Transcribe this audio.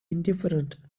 indifferent